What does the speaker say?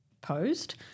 posed